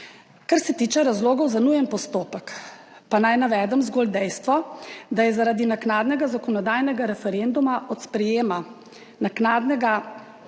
Kar se tiče razlogov za nujen postopek, pa naj navedem zgolj dejstvo, da je zaradi naknadnega zakonodajnega referenduma od sprejema naknadnega